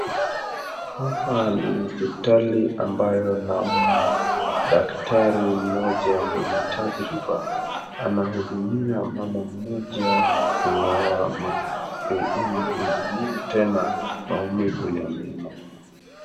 Hapa ni hospitali ambayo naona daktari mmoja mwenye tajriba anahudumia mama mmoja kung'oa meno yake ili izuie tena maumivu ya meno.